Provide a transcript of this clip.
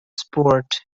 sport